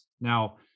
Now